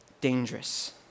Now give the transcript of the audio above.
dangerous